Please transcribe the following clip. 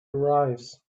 arrives